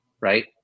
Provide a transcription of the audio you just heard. right